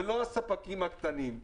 ולא הספקים הקטנים,